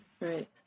right